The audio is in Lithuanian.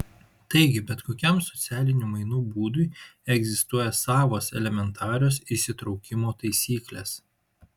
taigi bet kokiam socialinių mainų būdui egzistuoja savos elementarios įsitraukimo taisyklės